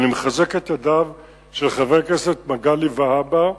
אני מחזק את ידיו של חבר הכנסת מגלי והבה,